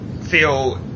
feel